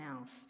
else